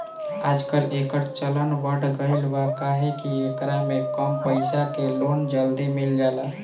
आजकल, एकर चलन बढ़ गईल बा काहे कि एकरा में कम पईसा के लोन जल्दी मिल जाला